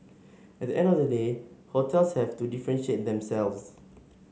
at the end of the day hotels have to differentiate themselves